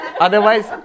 otherwise